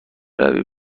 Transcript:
روی